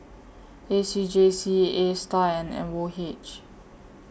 A C J C A STAR and M O H